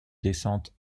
descente